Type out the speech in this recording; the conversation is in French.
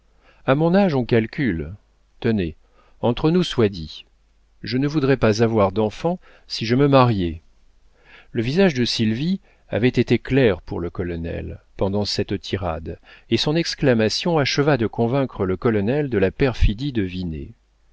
a mon âge on calcule tenez entre nous soit dit je ne voudrais pas avoir d'enfant si je me mariais le visage de sylvie avait été clair pour le colonel pendant cette tirade et son exclamation acheva de convaincre le colonel de la perfidie de